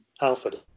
Alfred